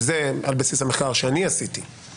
וזה על בסיס המחקר שאני עשיתי,